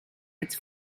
its